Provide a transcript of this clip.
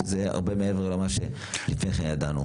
שזה הרבה מעבר למה שלפני כן ידענו.